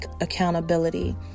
Accountability